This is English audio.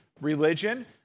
religion